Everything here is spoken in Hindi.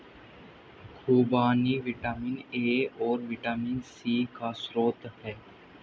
खूबानी विटामिन ए और विटामिन सी का स्रोत है